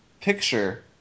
picture